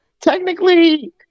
Technically